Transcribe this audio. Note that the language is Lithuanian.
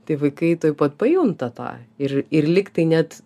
tai vaikai tuoj pat pajunta tą ir ir lyg tai net